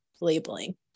labeling